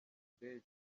indege